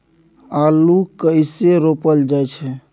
आलू कइसे रोपल जाय छै?